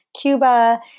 Cuba